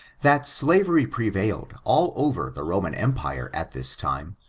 that slavery prevailed all over the roman empire at this time,